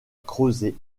creuser